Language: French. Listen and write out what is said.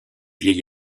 vieil